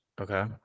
Okay